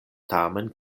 tamen